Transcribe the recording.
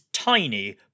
Tiny